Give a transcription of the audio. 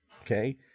okay